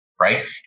right